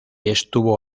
estuvo